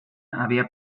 había